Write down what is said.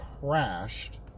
crashed